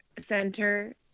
center